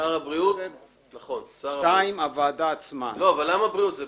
רגע, למה משרד הבריאות?